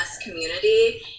community